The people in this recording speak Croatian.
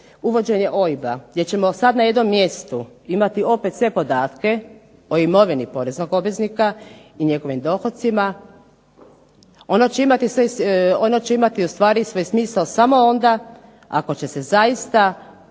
uvođenje OIB-a gdje ćemo sad na jednom mjestu imati opet sve podatke o imovini poreznog obveznika i njegovim dohocima ono će imati ustvari svoj smisao samo onda ako će se zaista za